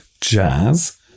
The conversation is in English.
jazz